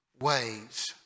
ways